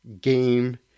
game